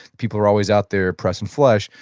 people who are always out there pressing flesh,